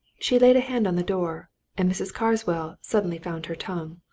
she laid a hand on the door and mrs. carswell suddenly found her tongue.